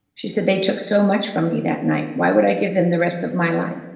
she said, they took so much from me that night why would i give them the rest of my life?